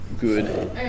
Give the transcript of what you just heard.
Good